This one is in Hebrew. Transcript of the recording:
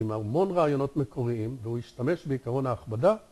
‫עם המון רעיונות מקוריים, ‫והוא השתמש בעיקרון ההכבדה.